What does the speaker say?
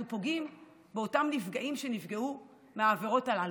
אנחנו פוגעים באותם נפגעים שנפגעו מהעבירות הללו,